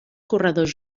corredors